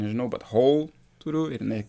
nežinau bet hol turiu ir jinai